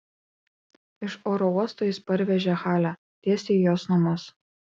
iš oro uosto jis parvežė halę tiesiai į jos namus